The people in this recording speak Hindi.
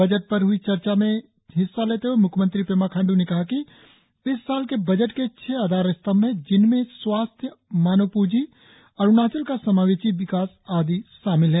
बजट पर हुई चर्चा में हिस्सा लेते हुए मुख्यमंत्री पेमा खाण्ड्र ने कहा कि इस साल के बजट के छह आधार स्तंभ हैं जिनमें स्वास्थ्य मानव प्रंजी अरुणाचल का समावेशी विकास आदि शामिल है